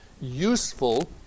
useful